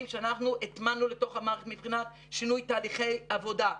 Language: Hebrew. שאנחנו הטמענו לתוך המערכת מבחינת שינוי תהליכי עבודה,